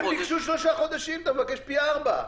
הם ביקשו שלושה חודשים, אתה מבקש פי ארבעה.